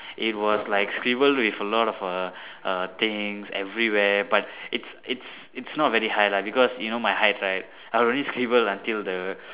it was like scribbled with a lot of err err things everywhere but it's it's it's not very high lah because you know my height right I'll only scribble until the